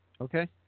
Okay